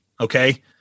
Okay